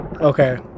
Okay